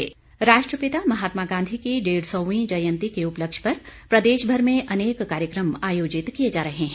गांधी जयंती राष्ट्रपिता महात्मा गांधी की डेढ़ सौवीं जयंती के उपलक्ष्य पर प्रदेशभर में अनेक कार्यक्रम आयोजित किए जा रहे हैं